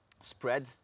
spread